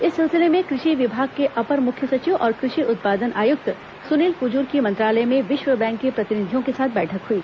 इस सिलसिले में कृषि विभाग के अपर मुख्य सचिव और कृषि उत्पादन आयुक्त सुनील कुजूर की मंत्रालय में विश्व बैंक के प्रतिनिधियों के साथ बैठक हुई